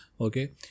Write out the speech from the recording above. okay